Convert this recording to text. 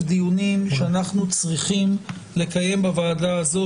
דיונים שאנחנו צריכים לקיים בוועדה הזו,